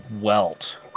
welt